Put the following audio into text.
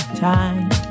time